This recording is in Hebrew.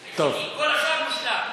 היחידי, כל השאר מושלם.